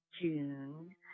June